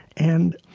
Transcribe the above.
and,